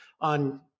on